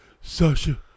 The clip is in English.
Sasha